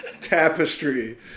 tapestry